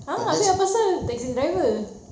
ah habis apasal taxi driver